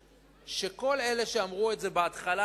לכם שכל אלה שאמרו את זה בהתחלה,